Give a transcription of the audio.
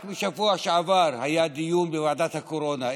רק בשבוע שעבר היה דיון בוועדת הקורונה,